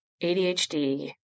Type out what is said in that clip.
ADHD